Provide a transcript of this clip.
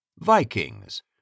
Vikings